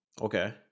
Okay